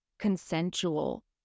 consensual